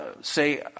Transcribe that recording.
say